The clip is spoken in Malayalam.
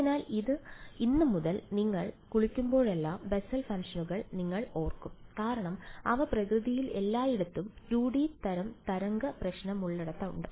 അതിനാൽ ഇന്ന് മുതൽ നിങ്ങൾ കുളിക്കുമ്പോഴെല്ലാം ബെസൽ ഫംഗ്ഷനുകൾ നിങ്ങൾ ഓർക്കും കാരണം അവ പ്രകൃതിയിൽ എല്ലായിടത്തും 2 ഡി തരം തരംഗ പ്രശ്നമുള്ളിടത്തുണ്ട്